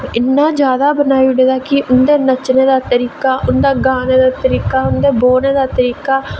इन्ना जैदा बनाई ओड़ेआ कि उं'दे नच्चने दा तरीका उं'दे गाने दा तरीका उं'दे बौह्ने दा तरीका